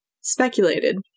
Speculated